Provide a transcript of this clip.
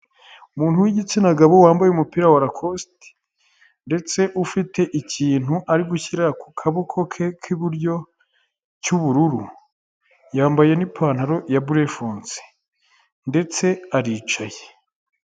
Umuntu w'igitsina gabo wambaye umupira wa lacositi ndetse ufite ikintu ari gushyira ku kaboko ke k'iburyo cy'ubururu, yambaye n'ipantaro ya burufonse ndetse aricaye.